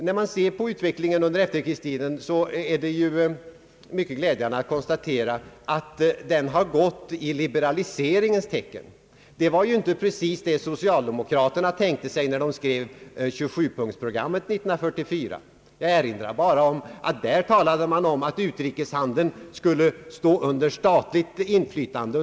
När man ser på utvecklingen under efterkrigstiden är det mycket glädjande att konstatera att den har gått i liberaliseringens tecken. Det var ju inte precis detta socialdemokraterna tänkte sig när de skrev 27-punktsprogrammet 1944. Jag nämner bara att man där talade om att utrikeshandeln skulle stå under statlig ledning.